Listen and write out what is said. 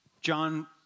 John